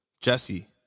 Jesse